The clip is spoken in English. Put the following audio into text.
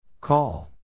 call